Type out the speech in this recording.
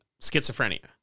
schizophrenia